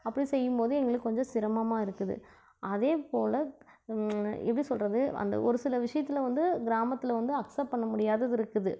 அப்படி செய்யும் போது எங்களுக்கு கொஞ்சம் சிரமமாக இருக்குது அதேபோல் எப்படி சொல்கிறது அந்த ஒரு சில விஷயத்துல வந்து கிராமத்தில் வந்து அக்செப்ட் பண்ண முடியாதது இருக்குது